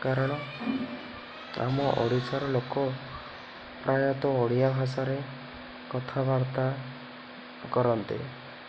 କାରଣ ଆମ ଓଡ଼ିଶାର ଲୋକ ପ୍ରାୟତଃ ଓଡ଼ିଆ ଭାଷାରେ କଥାବାର୍ତ୍ତା କରନ୍ତି